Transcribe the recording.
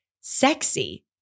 sexy